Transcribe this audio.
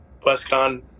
WestCon